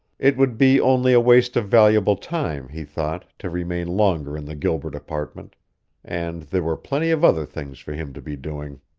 it would be only a waste of valuable time, he thought, to remain longer in the gilbert apartment and there were plenty of other things for him to be doing.